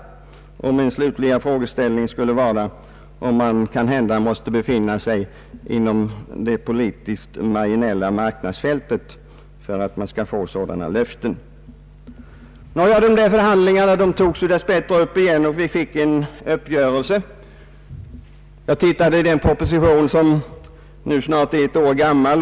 Min slutliga frågeställning blir, om man kanske måste befinna sig inom regeringspartiets politiskt marginella marknadsfält för att få sådana löften. Förra årets jordbruksförhandlingar togs dess bättre upp igen, och vi kom fram till en uppgörelse. Jag har tittat på den propositionen, som nu snart är ett år gammal.